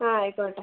ആ ആയിക്കോട്ടെ